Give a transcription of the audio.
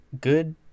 good